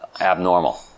abnormal